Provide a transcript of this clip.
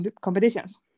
competitions